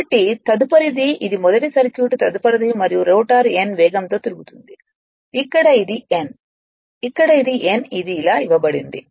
కాబట్టి తదుపరిది ఇది మొదటి సర్క్యూట్ తదుపరిది మరియు రోటర్ n వేగంతో తిరుగుతోంది ఇక్కడ ఇది n ఇక్కడ ఇది n ఇది ఇలా ఇవ్వబడింది